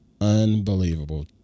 unbelievable